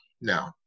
No